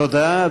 תודה.